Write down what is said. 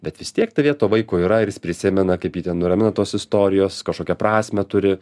bet vis tiek tavyje to vaiko yra ir jis prisimena kaip jį ten nuramino tos istorijos kažkokią prasmę turi